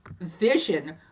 vision